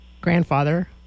grandfather